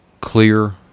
clear